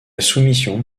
soumission